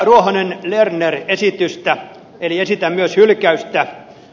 ruohonen lernerin esitystä eli esitän myös hylkäystä